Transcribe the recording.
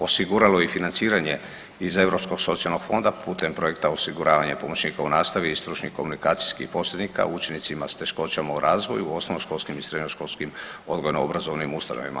Osiguralo je i financiranje iz Europsko socijalnog fonda putem projekta osiguravanja pomoćnika u nastavi i stručnih komunikacijskih posrednika učenicima sa teškoćama u razvoju, osnovno školskim i srednjoškolskim odgojno obrazovnim ustanovama.